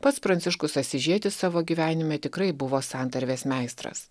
pats pranciškus asyžietis savo gyvenime tikrai buvo santarvės meistras